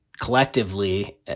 collectively